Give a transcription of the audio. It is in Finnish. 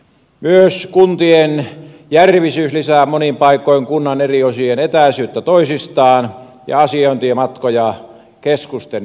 myös kuntien järvisyys lisää monin paikoin kunnan eri osien etäisyyttä toisistaan ja asiointimatkoja keskusten välillä